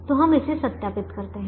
तो हम इसे सत्यापित करते हैं